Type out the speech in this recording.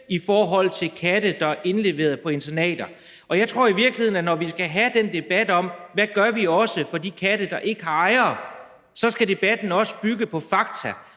i forhold til katte, der er indleveret på internater. Og jeg tror i virkeligheden, at når vi skal have den debat om, hvad vi gør for de katte, der ikke har ejere, så skal debatten også bygge på fakta.